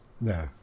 No